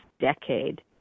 decade